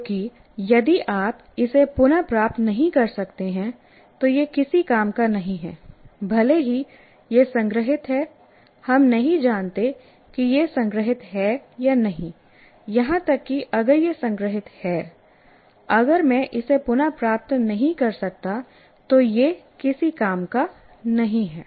क्योंकि यदि आप इसे पुनः प्राप्त नहीं कर सकते हैं तो यह किसी काम का नहीं है भले ही यह संग्रहीत है हम नहीं जानते कि यह संग्रहीत है या नहीं यहां तक कि अगर यह संग्रहीत है अगर मैं इसे पुनः प्राप्त नहीं कर सकता तो यह किसी काम का नहीं है